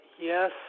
yes